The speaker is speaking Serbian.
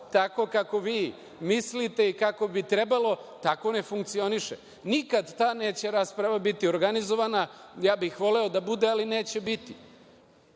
tako kako vi mislite i kako bi trebalo, tako ne funkcioniše. Nikad ta rasprava neće biti organizovana, voleo bih da bude, ali neće biti. Još